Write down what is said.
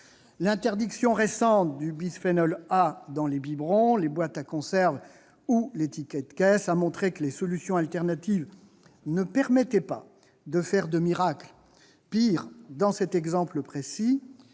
L'interdiction récente du bisphénol A dans les biberons, les boîtes de conserve et les tickets de caisse a montré que les solutions alternatives ne permettaient pas de faire de miracle : pis, dans cet exemple précis,